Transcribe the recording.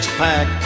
pack